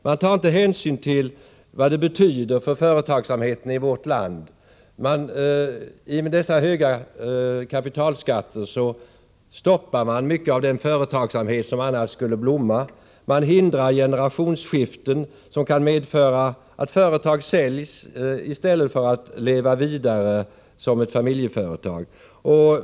De tar inte hänsyn till vad kapitalskatterna betyder för företagsamheten i vårt land. De höga kapitalskatterna stoppar mycket av den företagsamhet som annars skulle blomma. Man hindrar generationsskiften, vilket kan medföra att företag säljs i stället för att leva vidare såsom familjeföretag.